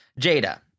Jada